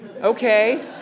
Okay